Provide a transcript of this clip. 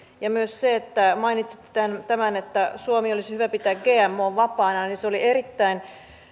ja myös se jonka mainitsitte että suomi olisi hyvä pitää gmo vapaana oli erittäin